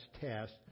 test